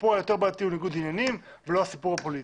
הסיפור היותר בעייתי הוא ניגוד עניינים ולא הסיפור הפוליטי.